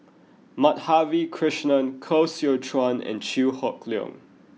Madhavi Krishnan Koh Seow Chuan and Chew Hock Leong